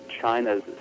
China's